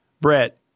Brett